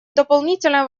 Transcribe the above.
дополнительные